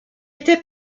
était